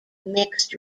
mixed